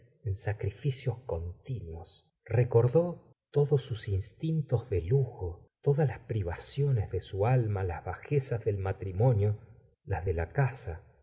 en sacrificios continuos recordó todos sus instintos de lujo todas las privaciones de su alma las bajezas del matrimonio las de la casa